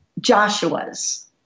Joshua's